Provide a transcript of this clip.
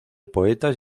poetas